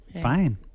Fine